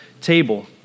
table